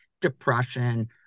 depression